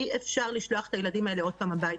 אי-אפשר לשלוח את הילדים האלה עוד פעם הביתה.